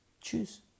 Choose